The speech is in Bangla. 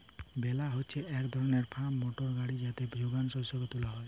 বেলার হচ্ছে এক ধরণের ফার্ম মোটর গাড়ি যাতে যোগান শস্যকে তুলা হয়